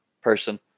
person